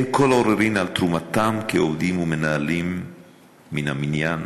אין כל עוררין על תרומתם כעובדים ומנהלים מן המניין.